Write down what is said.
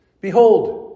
Behold